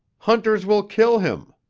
hunters will kill him!